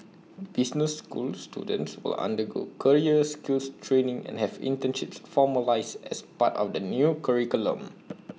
business school students will undergo career skills training and have internships formalised as part of the new curriculum